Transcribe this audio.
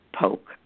poke